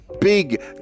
Big